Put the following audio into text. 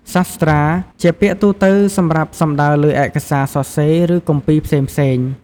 សាស្ត្រា ជាពាក្យទូទៅសម្រាប់សំដៅលើឯកសារសរសេរ ឬគម្ពីរផ្សេងៗ។